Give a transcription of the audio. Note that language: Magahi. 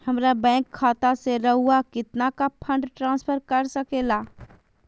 हमरा बैंक खाता से रहुआ कितना का फंड ट्रांसफर कर सके ला?